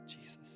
Jesus